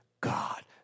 God